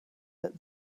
that